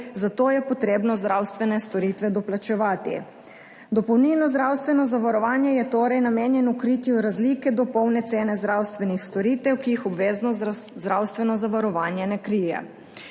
zato je potrebno zdravstvene storitve doplačevati. Dopolnilno zdravstveno zavarovanje je torej namenjeno kritju razlike do polne cene zdravstvenih storitev, ki jih obvezno zdravstveno zavarovanje ne krije.